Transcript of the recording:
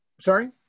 Sorry